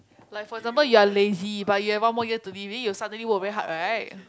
like for example you're lazy but you have one more year to live then you suddenly work very hard right